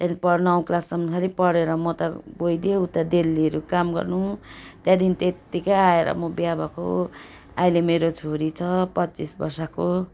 त्यहाँदेखि पढ् नौ क्लाससम्म खालि पढेर म त गइदिएँ उता दिल्लीहरू काम गर्नु त्यहाँदेखि त्यत्तिकै आएर म बिहा भएको अहिले मेरो छोरी छ पच्चिस वर्षको